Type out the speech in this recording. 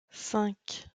cinq